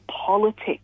politics